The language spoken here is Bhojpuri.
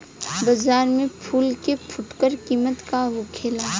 बाजार में फसल के फुटकर कीमत का होखेला?